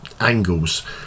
angles